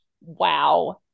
wow